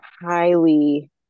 highly